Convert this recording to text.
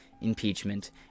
impeachment